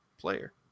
player